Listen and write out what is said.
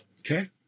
Okay